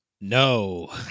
No